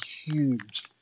huge